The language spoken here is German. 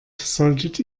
solltet